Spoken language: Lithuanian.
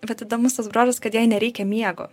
vat įdomus tas bruožas kad jai nereikia miego